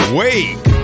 wake